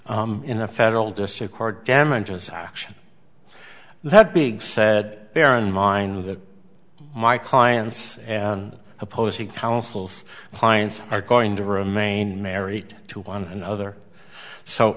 in a federal district court damages action that big said bear in mind that my clients and opposing counsels clients are going to remain married to one another so